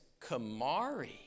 Kamari